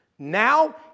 Now